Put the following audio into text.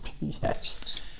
Yes